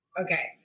Okay